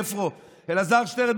איפה הוא, אלעזר שטרן?